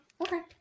okay